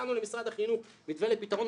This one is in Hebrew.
הצענו למשרד החינוך מתווה לפתרון,